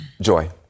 Joy